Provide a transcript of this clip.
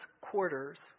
quarters